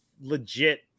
legit